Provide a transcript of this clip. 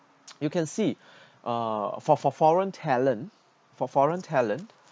you can see uh for for foreign talent for foreign talent